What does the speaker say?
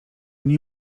nie